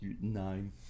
Nine